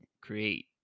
create